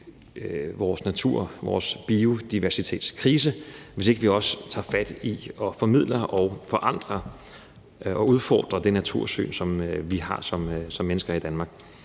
vores natur- og biodiversitetskrise, hvis ikke også vi tager fat i at formidle og forandre og udfordre det natursyn, som vi har som mennesker i Danmark,